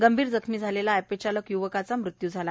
गंभीर जखमी झालेल्या एपेचालक य्वकाचा मृत्यू झाला